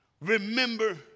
Remember